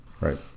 right